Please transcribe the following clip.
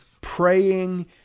praying